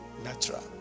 Natural